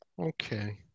Okay